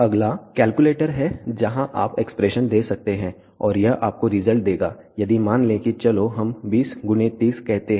अगला कैलकुलेटर है यहां आप एक्सप्रेशन दे सकते हैं और यह आपको रिजल्ट देगा यदि मान लें कि चलो हम 20 30 कहते हैं